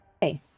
Hey